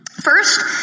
First